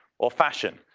or fashion.